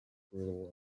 brutal